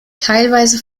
teilweise